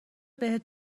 بهت